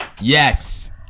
Yes